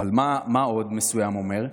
אבל מה עוד "מסוים" אומר?